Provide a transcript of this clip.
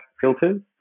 filters